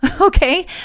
okay